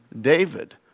David